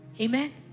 Amen